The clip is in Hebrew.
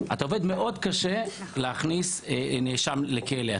אתה עובד מאוד קשה כדי להכניס נאשם לכלא.